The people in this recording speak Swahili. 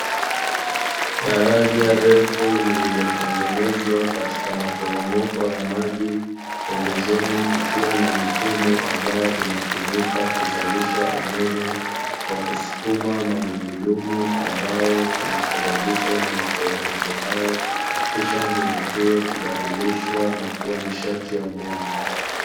Daraja refu lililotengenezwa katika maporomoko ya maji, pembezoni kukiwa na mifumo ambayo inatumika kuzalisha umeme kwa kusukuma magurudumu ambayo yanasababisha na maporomoko hayo, kisha nguvu hiyo kubadilishwa na kuwa nishati ya umeme.